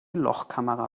lochkamera